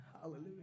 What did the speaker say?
Hallelujah